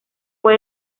fue